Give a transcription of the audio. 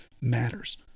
matters